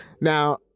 Now